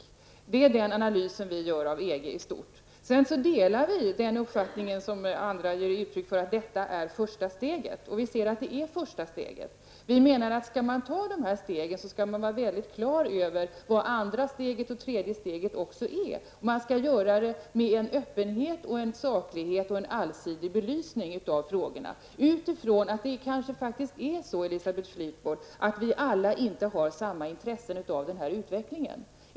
I stort är det den analysen vi gör av EG. Vi delar den uppfattning som andra här har gett uttryck för, nämligen att detta är första steget. Vi ser också att det är första steget. Men om man skall ta de här stegen, skall man vara klar över vad det andra och det tredje steget innebär. Det behövs här en öppenhet, en saklighet och en allsidig belysning av de olika frågorna utifrån bedömningen att det kanske faktiskt är så, Elisabeth Fleetwood, att inte alla har samma intresse av den här utvecklingen.